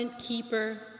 keeper